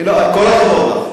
כל הכבוד לך,